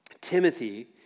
Timothy